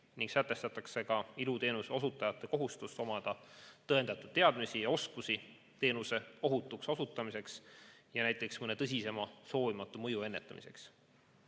ning sätestatakse ka iluteenuseosutajate kohustus omada tõendatud teadmisi ja oskusi teenuse ohutuks osutamiseks ja näiteks mõne tõsisema soovimatu mõju ennetamiseks.